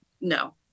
no